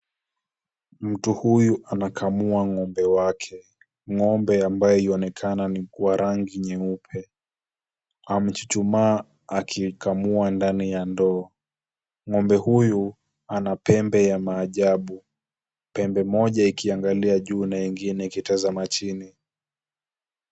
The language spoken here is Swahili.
Mtu huyu anakamua ng'ombe wake. Ng'ombe ambaye yuonekana ni kwa rangi nyeupe. Amechuchumaa akikamua ndani ya ndoo. Ng'ombe huyu ana pembe ya maajabu, pembe moja ikiangalia juu na ingine ikitazama chini.